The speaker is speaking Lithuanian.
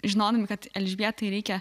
žinodami kad elžbietai reikia